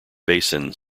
basin